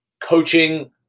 coaching